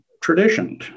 tradition